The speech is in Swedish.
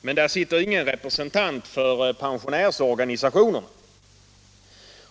Men där finns ingen representant för pensionärsorganisationerna.